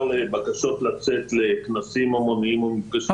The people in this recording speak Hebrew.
לבקשות לצאת לכנסים המוניים או מפגשים המוניים.